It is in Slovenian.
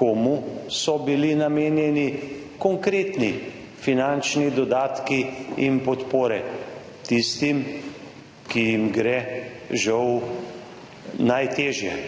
komu so bili namenjeni konkretni finančni dodatki in podpore tistim, ki jim gre, žal, najtežje.